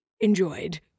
enjoyed